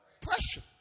Pressure